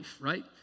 right